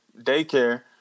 daycare